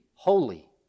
holy